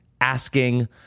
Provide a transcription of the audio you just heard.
asking